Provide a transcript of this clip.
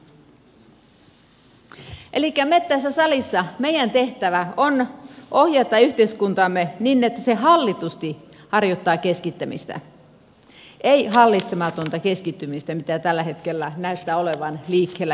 elikkä meidän tehtävämme tässä salissa on ohjata yhteiskuntaamme niin että se hallitusti harjoittaa keskittämistä ei hallitsematonta keskittymistä mitä tällä hetkellä näyttää olevan liikkeellä hyvin paljon